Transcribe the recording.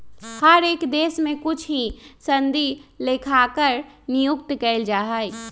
हर एक देश में कुछ ही सनदी लेखाकार नियुक्त कइल जा हई